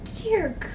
Dear